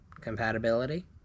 compatibility